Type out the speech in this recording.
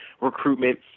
recruitment